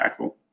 impactful